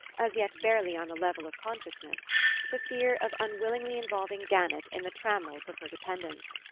as yet barely on the level of consciousness the fear of unwillingly involving gannett in the trammels of her dependence.